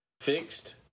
fixed